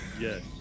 Yes